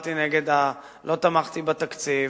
הצבעתי נגד, לא תמכתי בתקציב.